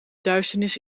duisternis